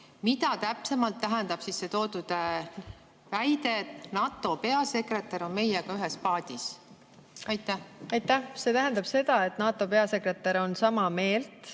Mida täpsemalt tähendab see väide, et NATO peasekretär on meiega ühes paadis? Aitäh! See tähendab seda, et NATO peasekretär on sama meelt,